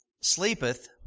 sleepeth